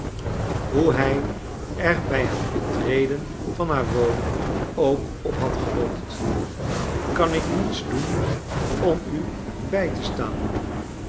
hoe hij er bij het betreden van haar woning ook op had gehoopt kan ik niets doen om u bij te staan moeder